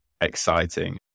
exciting